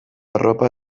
arropa